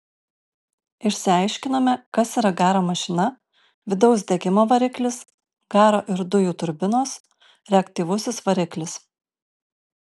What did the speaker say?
išsiaiškinome kas yra garo mašina vidaus degimo variklis garo ir dujų turbinos reaktyvusis variklis